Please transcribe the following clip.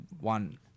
one